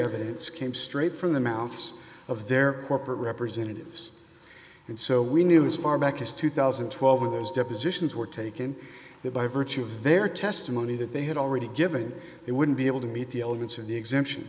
evidence came straight from the mouths of their corporate representatives and so we knew as far back as two thousand and twelve those depositions were taken there by virtue of their testimony that they had already given it wouldn't be able to meet the elements of the exemption